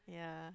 yeah